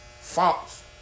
Fox